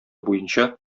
буенча